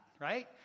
Right